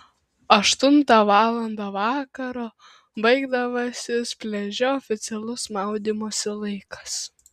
aštuntą valandą vakaro baigdavęsis pliaže oficialus maudymosi laikas